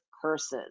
curses